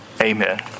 Amen